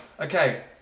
okay